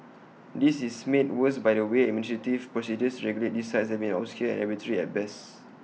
this is made worse by the way administrative processes to regulate these sites have been obscure and arbitrary at best